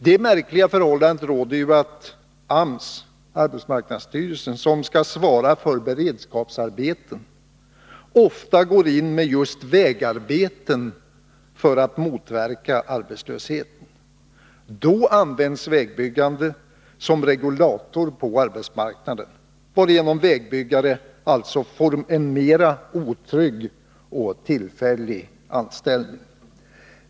Det märkliga förhållandet råder ju att AMS — arbetsmarknadsstyrelsen — som skall svara för beredskapsarbetena, ofta går in med just vägarbeten för att motverka arbetslöshet. Då används vägbyggande som regulator på arbetsmarknaden, varigenom vägbyggare alltså får en mer otrygg och tillfällig anställning.